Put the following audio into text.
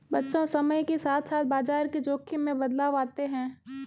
बच्चों समय के साथ साथ बाजार के जोख़िम में बदलाव आते हैं